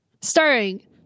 Starring